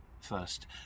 first